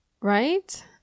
Right